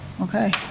Okay